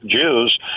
Jews